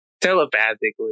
Telepathically